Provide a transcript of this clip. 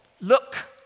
look